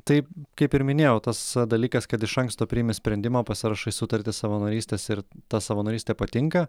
taip kaip ir minėjau tas dalykas kad iš anksto priimi sprendimą pasirašai sutartis savanorystės ir ta savanorystė patinka